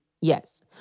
Yes